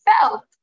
felt